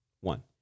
One